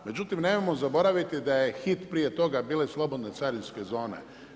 Međutim, nemojmo zaboraviti da je hit prije toga bile slobodne carinske zone.